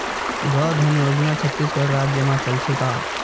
गौधन योजना छत्तीसगढ़ राज्य मा चलथे का?